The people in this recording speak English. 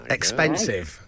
Expensive